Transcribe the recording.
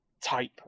type